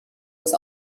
was